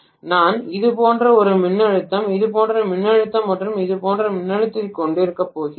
எனவே நான் இது போன்ற ஒரு மின்னழுத்தம் இது போன்ற மின்னழுத்தம் மற்றும் இது போன்ற மின்னழுத்தத்தை கொண்டிருக்கப்போகிறேன்